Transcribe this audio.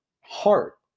heart